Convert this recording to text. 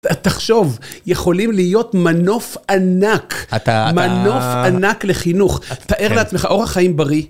תחשוב, יכולים להיות מנוף ענק. אתה... מנוף ענק לחינוך, תאר לעצמך אורח חיים בריא.